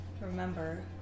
remember